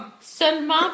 Seulement